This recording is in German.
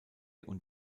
und